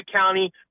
County